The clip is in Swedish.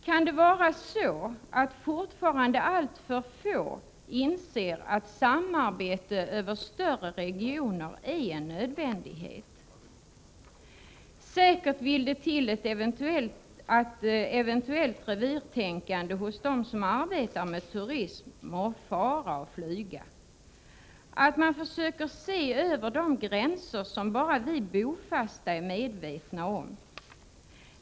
Kan det vara så att fortfarande alltför få inser att samarbete över större regioner är en nödvändighet? Säkert vill det till att eventuellt revirtänkande hos dem som arbetar med turism ”må få fara och flyga” och att man försöker se över de gränser som bara vi bofasta är medvetna om.